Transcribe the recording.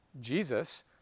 Jesus